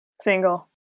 single